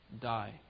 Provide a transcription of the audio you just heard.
die